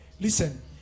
Listen